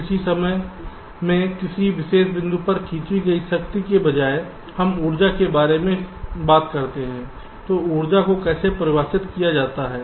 किसी समय में किसी विशेष बिंदु पर खींची गई शक्ति के बजाय हम ऊर्जा के बारे में बात करते हैं तो ऊर्जा को कैसे परिभाषित किया जाता है